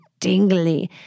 dingly